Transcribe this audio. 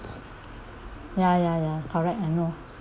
ya ya ya correct I know